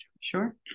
sure